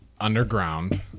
underground